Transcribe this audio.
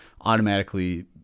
automatically